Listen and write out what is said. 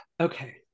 Okay